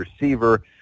receiver